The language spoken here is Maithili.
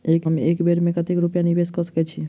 हम एक बेर मे कतेक रूपया निवेश कऽ सकैत छीयै?